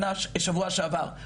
שבוע שעבר,